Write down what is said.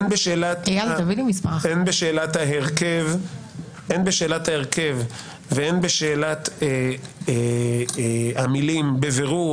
הן בשאלת ההרכב והן בשאלת המילים "בבירור"